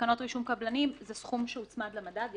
לתקנות רישום קבלנים הוצמד למדד,